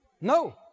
No